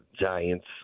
Giants